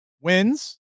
wins